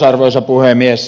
arvoisa puhemies